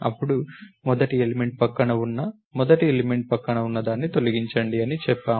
అప్పుడు మొదటి ఎలిమెంట్ పక్కన ఉన్న మొదటి ఎలిమెంట్ పక్కన ఉన్న దాన్ని తొలగించండి అని చెప్పాము